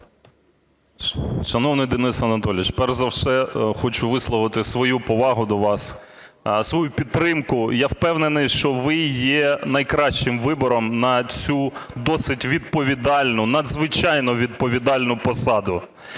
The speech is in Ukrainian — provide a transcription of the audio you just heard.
Шановний Денис Анатолійович, перш за все хочу висловити свою повагу до вас, свою підтримку. І я впевнений, що ви є найкращим вибором на цю досить відповідальну, надзвичайно відповідальну посаду.